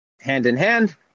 hand-in-hand